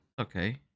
Okay